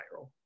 viral